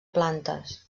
plantes